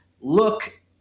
look